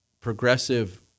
progressive